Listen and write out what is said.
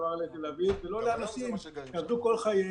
בתל אביב ולא לאנשים שעבדו כל חייהם,